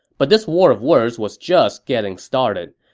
but this war of words was just getting started.